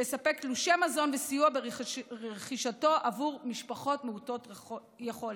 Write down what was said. שיספק תלושי מזון וסיוע ברכישתו עבור משפחות מעוטות יכולת.